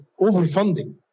overfunding